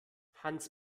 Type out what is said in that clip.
hans